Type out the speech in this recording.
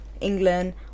England